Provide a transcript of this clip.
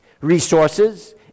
resources